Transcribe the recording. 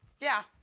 yeah,